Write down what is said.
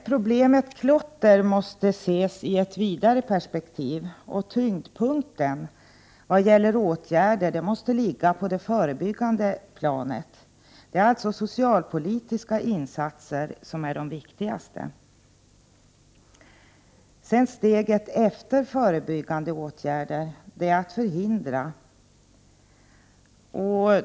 Problemet klotter måste ses i ett vidare perspektiv. Tyngdpunkten i åtgärderna måste ligga på det förebyggande planet. Det är alltså de socialpolitiska insatserna som är de viktigaste. Steget efter förebyggande åtgärder är sedan att förhindra brott.